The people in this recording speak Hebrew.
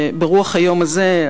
ברוח היום הזה,